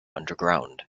underground